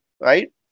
right